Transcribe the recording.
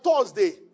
Thursday